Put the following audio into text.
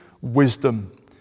wisdom